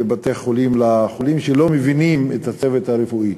בבתי-חולים לחולים שלא מבינים את הצוות הרפואי.